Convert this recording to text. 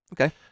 Okay